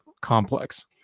complex